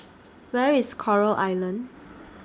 Where IS Coral Island